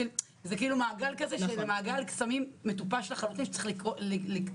זה כאילו מעגל קסמים מטופש לחלוטין שצריך לגדוע אותו.